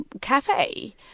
cafe